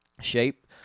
shape